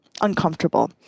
uncomfortable